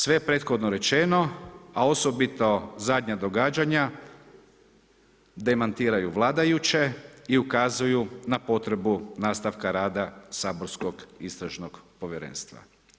Sve prethodno rečeno, a osobito zadnja događanja demantiraju vladajuće i ukazuju na potrebu nastavka rada Saborskog istražnog povjerenstva.